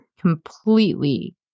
completely